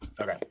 Okay